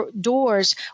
doors